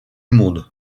monde